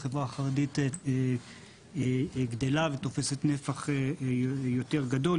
שהחברה החרדית גדלה ותופסת נפח יותר גדול,